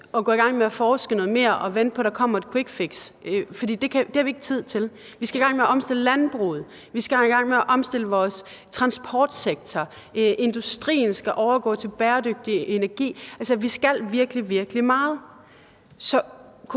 at gå i gang med at forske noget mere og vente på, at der kommer et quick fix, for det har vi ikke tid til. Vi skal i gang med at omstille landbruget. Vi skal i gang med at omstille vores transportsektor. Industrien skal overgå til bæredygtig energi. Altså, vi skal virkelig, virkelig meget.